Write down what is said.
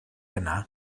yna